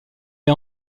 est